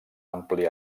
ampli